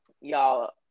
Y'all